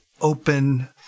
Open